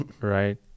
right